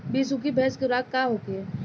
बिसुखी भैंस के खुराक का होखे?